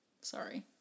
Sorry